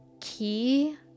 key